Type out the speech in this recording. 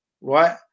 right